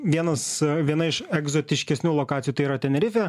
vienas viena iš egzotiškesnių lokacijų tai yra tenerifė